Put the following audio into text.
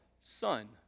son